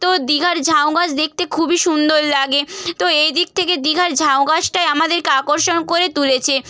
তো দীঘার ঝাউগাছ দেখতে খুবই সুন্দর লাগে তো এই দিক থেকে দীঘার ঝাউগাছটাই আমাদেরকে আকর্ষণ করে তুলেছে